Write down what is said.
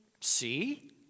see